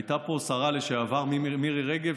הייתה פה השרה לשעבר מירי רגב.